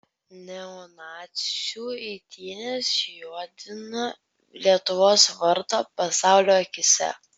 neonacių eitynės juodina lietuvos vardą pasaulio akyse